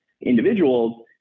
individuals